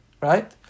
right